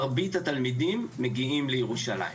מרבית התלמידים מגיעים לירושלים.